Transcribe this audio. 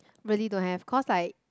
really don't have cause like